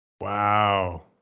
Wow